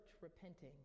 repenting